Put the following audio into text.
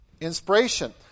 inspiration